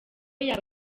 yaba